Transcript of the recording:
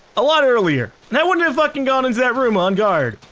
a lot earlier. then i wouldn't have fucking gone into that room on guard.